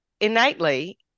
innately